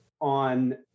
on